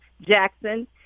Jackson